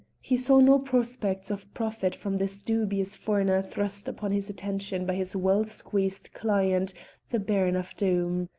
he saw no prospects of profit from this dubious foreigner thrust upon his attention by his well-squeezed client the baron of doom.